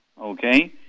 okay